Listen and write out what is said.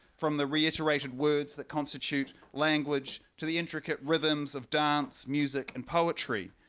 from the reiterated words that constitute language to the intricate rhythms of dance, music, and poetry.